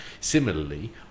Similarly